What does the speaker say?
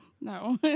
No